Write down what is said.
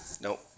nope